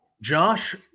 Josh